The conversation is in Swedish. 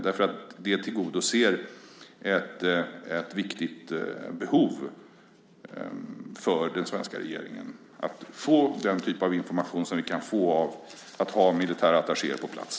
Det tillgodoser ett viktigt behov hos den svenska regeringen att få den typ av information som vi kan få genom att ha militärattachéer på plats.